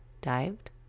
dived